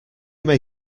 may